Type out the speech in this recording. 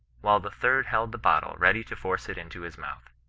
while the third held the bottle ready to force it into his mouth.